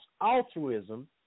altruism